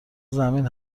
زمین